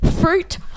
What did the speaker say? fruit